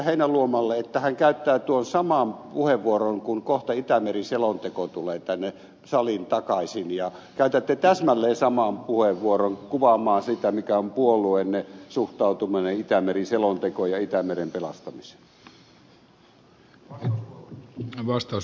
heinäluomalle että hän käyttää tuon saman puheenvuoron kun kohta itämeri selonteko tulee tänne saliin takaisin käytätte täsmälleen saman puheenvuoron kuvaamaan sitä mikä on puolueenne suhtautuminen itämeri selontekoon ja itämeren pelastamiseen